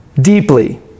deeply